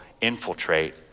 infiltrate